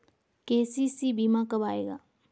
KCC बीमा कब आएगा?